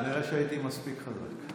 כנראה שהייתי מספיק חזק.